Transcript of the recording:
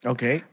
Okay